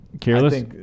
careless